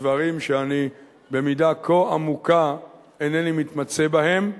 דברים שבמידה כה עמוקה אינני מתמצא בהם.